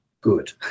good